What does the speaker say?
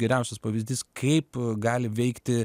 geriausias pavyzdys kaip gali veikti